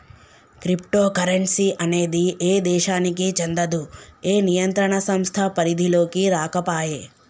crypto currency అనేది ఏ దేశానికీ చెందదు, ఏ నియంత్రణ సంస్థ పరిధిలోకీ రాకపాయే